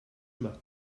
macht